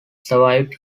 survived